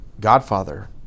Godfather